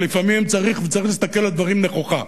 לפעמים צריך, וצריך להסתכל על הדברים נכוחה,